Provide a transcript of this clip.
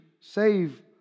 save